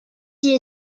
d’y